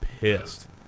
pissed